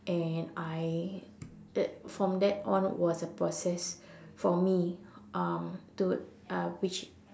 and I uh from that on it was a process for me um to uh which